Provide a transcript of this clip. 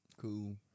Cool